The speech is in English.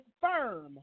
firm